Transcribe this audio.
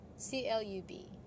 C-L-U-B